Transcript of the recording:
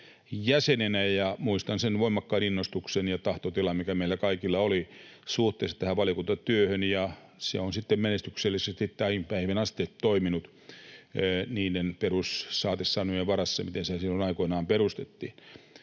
jäsenenä, ja muistan voimakkaan innostuksen ja tahtotilan, mitkä meillä kaikilla olivat suhteessa tähän valiokuntatyöhön. Se on sitten menestyksellisesti näihin päiviin asti toiminut niiden perussaatesanojen varassa, millä se silloin aikoinaan perustettiin.